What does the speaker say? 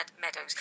Meadows